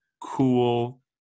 cool